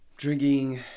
Drinking